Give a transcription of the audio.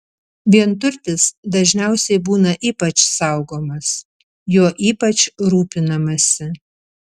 vienturtis dažniausiai būna ypač saugomas juo ypač rūpinamasi